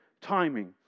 timing